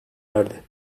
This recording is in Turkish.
erdi